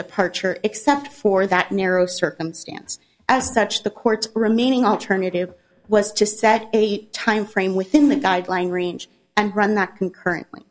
departure except for that narrow circumstance as such the court's remaining alternative was to set a timeframe within the guideline range and run that concurrently